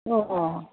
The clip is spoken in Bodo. अ अ